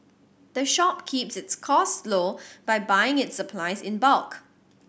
the shop keeps its costs low by buying its supplies in bulk